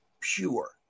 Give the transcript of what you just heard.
pure